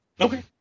Okay